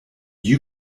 you